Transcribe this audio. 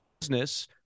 business